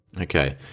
Okay